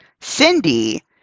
Cindy